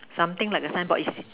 something like a sign board is